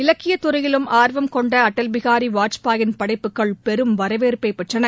இலக்கியத்துறையிலும் ஆர்வம் கொண்ட அடல் பிகாரி வாஜ்பாயின் படைப்புகள் பெரும் வரவேற்பை பெற்றன